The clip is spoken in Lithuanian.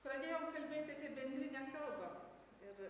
pradėjom kalbėti apie bendrinę kalbą ir